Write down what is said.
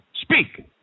Speak